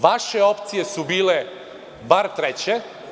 Vaše opcije su bile bar treće.